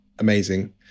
amazing